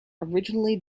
originally